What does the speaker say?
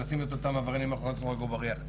ולשים את אותם עבריינים מאחורי סורג ובריח.